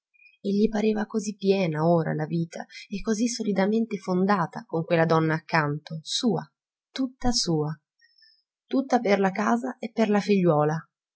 e gli pareva così piena ora la vita e così solidamente fondata con quella donna accanto sua tutta sua tutta per la casa e per la figliuola